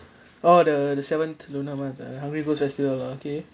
oh the the seventh lunar month ah hungry ghost festival ah okay